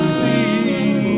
see